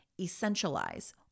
essentialize